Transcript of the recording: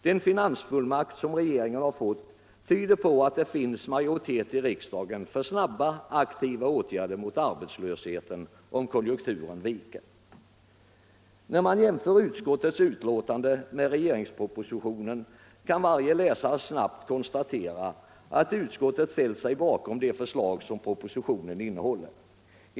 Den finansfullmakt som regeringen fått tyder på att det finns majoritet i riksdagen för snabba och aktiva åtgärder mot arbetslösheten, om konjunkturen viker. Vid en jämförelse mellan utskottets betänkande och propositionen kan varje läsare snabbt konstatera att utskottet ställt sig bakom de förslag som propositionen innehåller.